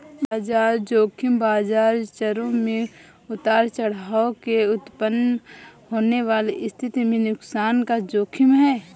बाजार ज़ोखिम बाजार चरों में उतार चढ़ाव से उत्पन्न होने वाली स्थिति में नुकसान का जोखिम है